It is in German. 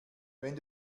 wenn